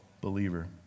believer